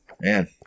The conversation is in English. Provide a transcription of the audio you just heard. Man